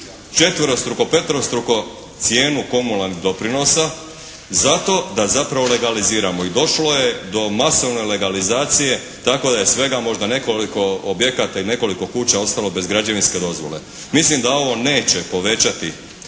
četverostruko, peterostruko cijenu komunalnog doprinosa zato da zapravo legaliziramo i došlo je do masovne legalizacije tako da je svega možda nekoliko objekata i nekoliko kuća ostalo bez građevinske dozvole. Mislim da ovo neće povećati